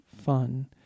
fun